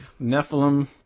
Nephilim